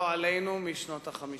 לא עלינו, משנות ה-50.